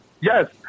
yes